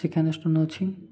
ଶିକ୍ଷାନୁଷ୍ଠାନ ଅଛି